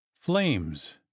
flames